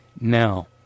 now